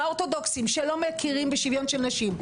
האורתודוכסים שלא מכירים בשווין של נשים,